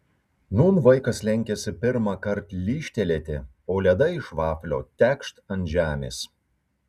nūn vaikas lenkiasi pirmąkart lyžtelėti o ledai iš vaflio tekšt ant žemės